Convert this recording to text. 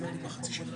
מפקחים,